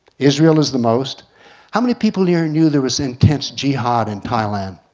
israel is the most how many people here knew there is intense jihad in thailand?